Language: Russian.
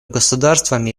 государствами